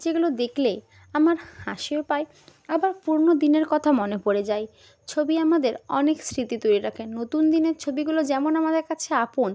যেগুলো দেখলে আমার হাসিও পায় আবার পুরনো দিনের কথা মনে পড়ে যায় ছবি আমাদের অনেক স্মৃতি তরে রাখে নতুন দিনের ছবিগুলো যেমন আমাদের কাছে আপন